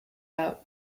out